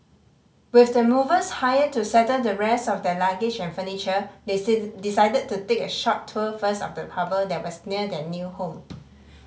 with the movers hired to settle the rest of their luggage and furniture they decided to take a short tour first of the harbour that was near their new home